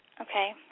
Okay